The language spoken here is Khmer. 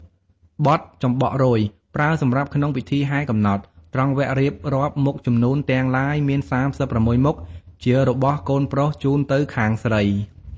បទចំបក់រោយ ប្រើសម្រាប់ក្នុងពិធីហែកំណត់ ត្រង់វគ្គរៀបរាប់មុខជំនូនទាំងឡាយមាន៣៦មុខជារបស់កូនប្រុសជូនទៅខាងស្រី។